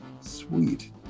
Sweet